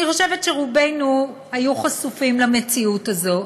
אני חושבת שרובנו היו חשופים למציאות הזאת.